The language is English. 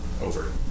Over